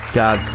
god